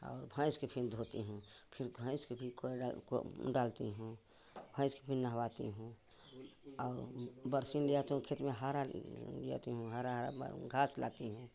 और भैंस के फिर धोती हूँ फिर भैंस के भी डालती हूँ भैंस के फिर नहवाती हूँ और बरसुन लिया तो खेत में हरा ले आती हूँ हरा हरा बा घांस लाती हूँ